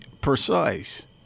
precise